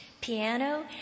piano